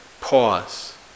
pause